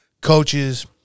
coaches